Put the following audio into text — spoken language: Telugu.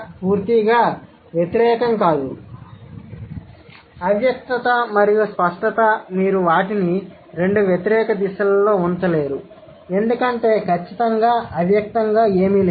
కాబట్టి అవ్యక్తత మరియు స్పష్టత మీరు వాటిని రెండు వ్యతిరేక దిశలలో ఉంచలేరు ఎందుకంటే ఖచ్చితంగా అవ్యక్తంగా ఏమీ లేదు